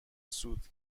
سود